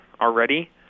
already